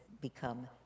become